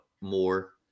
more